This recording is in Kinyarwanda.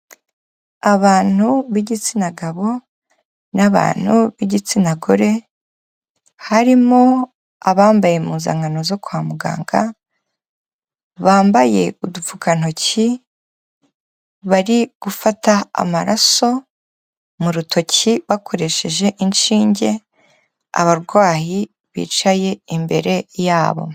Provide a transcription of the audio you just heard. Abantu b'igitsina gabo n'abantu bigitsina gore, harimo abambaye impuzankano zo kwa muganga, bambaye udupfukantoki, bari gufata amaraso mu rutoki bakoresheje inshinge, abarwayi bicaye imbere yabo.